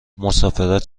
مسافرت